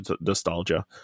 nostalgia